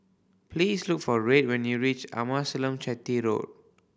please look for Red when you reach Amasalam Chetty Road